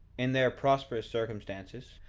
in their prosperous circumstances,